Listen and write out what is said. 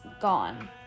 gone